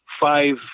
five